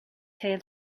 tale